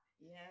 Yes